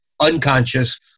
unconscious